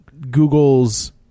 Googles